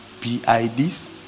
PIDs